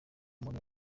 umuntu